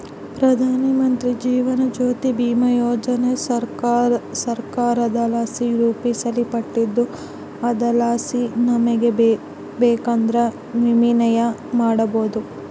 ಪ್ರಧಾನಮಂತ್ರಿ ಜೀವನ ಜ್ಯೋತಿ ಭೀಮಾ ಯೋಜನೆ ಸರ್ಕಾರದಲಾಸಿ ರೂಪಿಸಲ್ಪಟ್ಟಿದ್ದು ಅದರಲಾಸಿ ನಮಿಗೆ ಬೇಕಂದ್ರ ವಿಮೆನ ಮಾಡಬೋದು